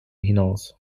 hinaus